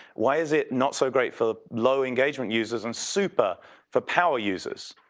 why is it not so great for low engagement users and super for power users?